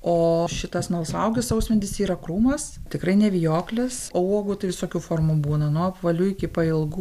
o šitas melsvauogių sausmedis yra krūmas tikrai ne vijoklis o uogų tai visokių formų būna nuo apvalių iki pailgų